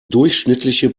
durchschnittliche